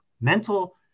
mental